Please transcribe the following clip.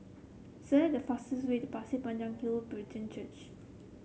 select the fastest way to Pasir Panjang Hill Brethren Church